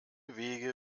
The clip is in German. wege